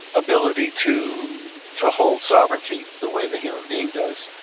ability to to hold sovereignty the way the human being does.